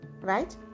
right